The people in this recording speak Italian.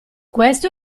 questo